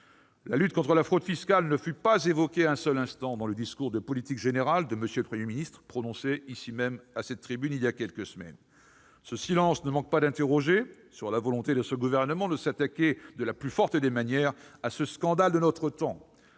La lutte contre la fraude fiscale ne fut pas évoquée un seul instant dans le discours de politique générale de M. le Premier ministre, prononcé à cette tribune, voilà quelques semaines. Ce silence ne manque pas d'interroger sur la volonté de ce gouvernement de s'attaquer de la plus forte des manières à ce scandale de notre temps.